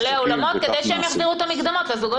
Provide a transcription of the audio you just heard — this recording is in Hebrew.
לעסקים, וכך נעשה.